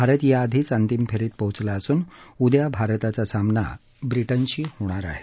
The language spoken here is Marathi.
भारत या आधीच अंतिम फेरीत पोहोचला असून उद्या भारताचा सामना ब्रिटनशी होणार आहे